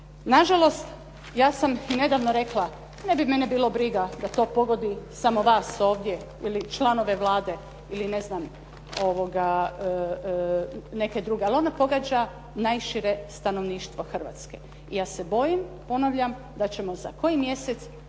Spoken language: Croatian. Nažalost, ja sam i nedavno rekla, ne bi mene bilo briga da to pogodi samo vas ovdje ili članove Vlade, ili ne znam neke druge, ali ona pogađa najšire stanovništvo Hrvatske. Ja se bojim, ponavljam, da ćemo za koji mjesec